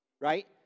right